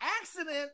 accident